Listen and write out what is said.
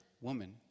Woman